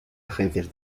agencias